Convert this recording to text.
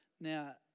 Now